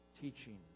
teaching